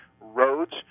roads